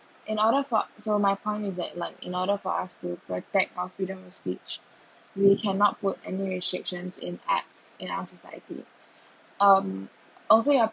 in order for so my point is that like in order for us to protect our freedom of speech we cannot put any restrictions in arts in our society um also ya